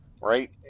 right